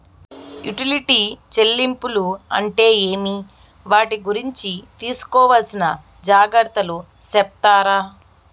Utility చెల్లింపులు అంటే ఏమి? వాటి గురించి తీసుకోవాల్సిన జాగ్రత్తలు సెప్తారా?